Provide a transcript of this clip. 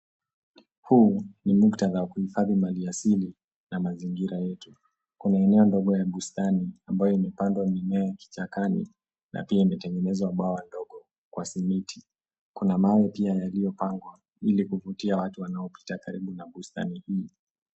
Huu ni muktatha wa kuhifathi mali asili na mazingira yetu . Kuna eneo ndogo ya bustani ambayo imepandwa mimea kichakani na pia imetengenezwa bwawa ndogo kwa simiti. Kuna mawe pia yaliyo pangwa ili kuvutia watu wanaopita karibu na bustani hii.